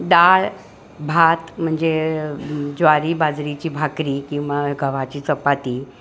डाळ भात म्हणजे ज्वारी बाजरीची भाकरी किंवा गव्हाची चपाती